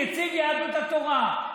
נציג יהדות התורה,